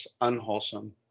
unwholesome